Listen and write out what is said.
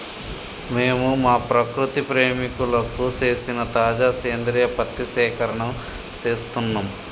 మేము మా ప్రకృతి ప్రేమికులకు సేసిన తాజా సేంద్రియ పత్తి సేకరణం సేస్తున్నం